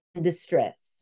distress